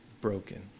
broken